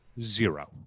Zero